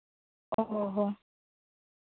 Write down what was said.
ᱚ ᱦᱚᱸ ᱦᱚᱸ